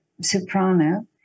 soprano